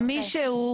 ומישהו,